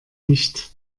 nicht